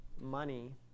money